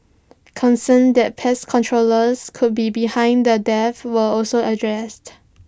concerns that pest controllers could be behind the deaths were also addressed